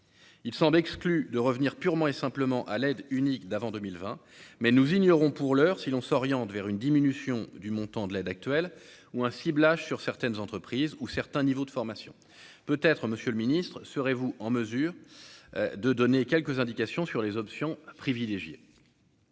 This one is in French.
il semble exclu de revenir purement et simplement à l'aide unique d'avant 2020, mais nous ignorons pour l'heure, si l'on s'oriente vers une diminution du montant de l'aide actuelle ou un ciblage sur certaines entreprises ou certains niveaux de formation peut-être Monsieur le Ministre, serez-vous en mesure de donner quelques indications sur les options privilégiées.